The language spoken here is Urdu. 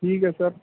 ٹھیک ہے سر